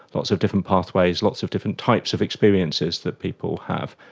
lots of different pathways, lots of different types of experiences that people have.